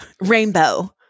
rainbow